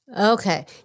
Okay